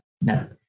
no